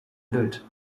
blöd